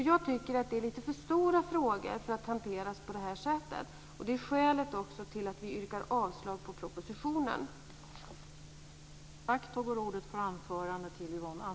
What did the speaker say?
Jag tycker att det är lite för stora frågor för att hanteras på det här sättet. Det är också skälet till att vi yrkar avslag på propositionen.